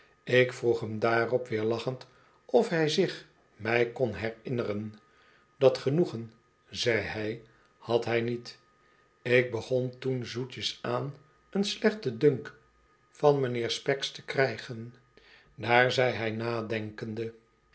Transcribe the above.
ik vroeg hem daarop weer lachend of hij zich mij kon herinneren dat genoegen zei hij had hij niet ik begon toen zoo zoetjes aan een slechten dunk van mr specks te krijgen daar zei hij nadenkende